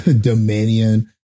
Dominion